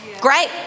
great